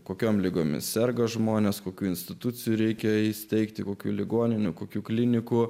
kokiom ligomis serga žmonės kokių institucijų reikia įsteigti kokių ligoninių kokių klinikų